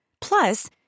Plus